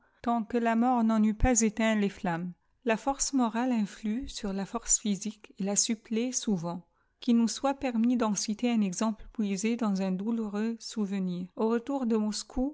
tant que la mort n'en eut pas éteint les flammes la force morale influe sur la force physique et la supplée souvent qu'il nous soit permis den citer un exemple puisé dans un douloureux souvenir au retour de